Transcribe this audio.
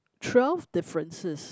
twelve differences